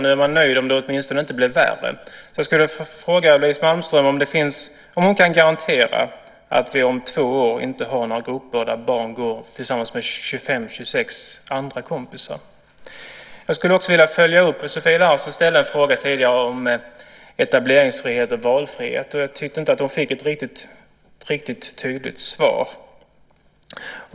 Nu är man nöjd om det åtminstone inte blir värre. Jag vill fråga Louise Malmström om hon kan garantera att vi om två år inte har några grupper där barn går tillsammans med 25-26 andra kompisar. Sofia Larsen ställde tidigare en fråga om etableringsfriheten och valfriheten som jag vill följa upp. Jag tyckte inte att hon fick ett riktigt tydligt svar.